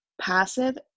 passive